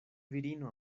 virino